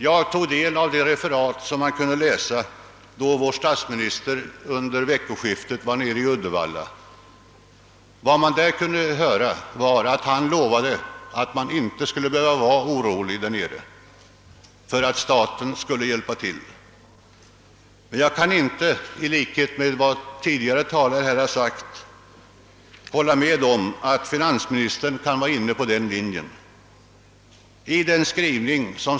Jag har tagit del av det referat som har lämnats från statsministerns besök i Uddevalla under veckoskiftet. Av det referatet framgick att statsministern 1ovat att man där nere inte skulle behöva vara orolig för att staten inte skulle hjälpa till. Jag kan inte — i likhet med tidigare talare — hålla med om att detta också skulle vara finansministerns linje.